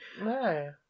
No